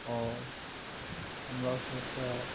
आओर हमरा सबके